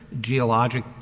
geologic